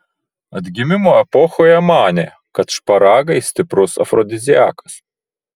atgimimo epochoje manė kad šparagai stiprus afrodiziakas